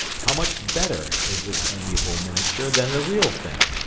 how much better is this amiable miniature than the real thing!